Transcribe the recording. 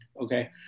Okay